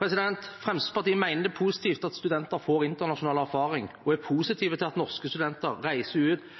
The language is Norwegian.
Fremskrittspartiet mener det er positivt at studenter får internasjonal erfaring, og er positiv til at norske studenter reiser ut